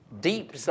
Deep